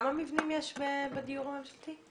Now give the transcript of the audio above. כמה מבנים יש בדיור הממשלתי?